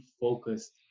focused